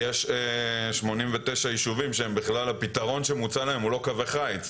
יש 89 יישובים שהפתרון שמוצע לגביהם הוא לא קווי חיץ.